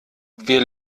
wir